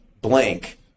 blank